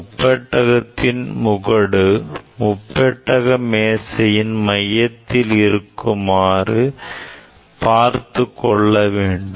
முப்பெட்டகத்தின் முகடு முப்பெட்டக மேசையின் மையத்தில் இருக்குமாறு பார்த்துக் கொள்ள வேண்டும்